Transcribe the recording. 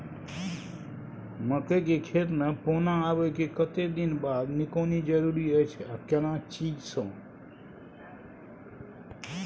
मकई के खेत मे पौना आबय के कतेक दिन बाद निकौनी जरूरी अछि आ केना चीज से?